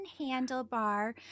handlebar